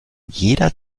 jeder